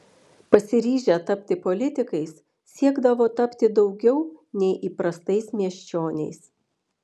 pasiryžę tapti politikais siekdavo tapti daugiau nei įprastais miesčioniais